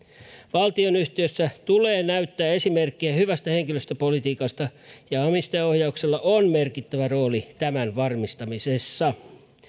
valtionyhtiössä tulee näyttää esimerkkiä hyvästä henkilöstöpolitiikasta ja omistajaohjauksella on merkittävä rooli tämän varmistamisessa